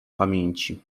pamięci